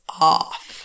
off